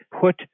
put